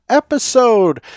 episode